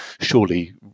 surely